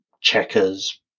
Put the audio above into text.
checkers